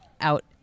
out